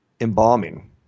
embalming